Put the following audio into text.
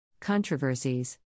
Controversies